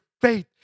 faith